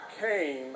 came